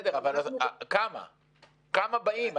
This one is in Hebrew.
אבל כמה באים?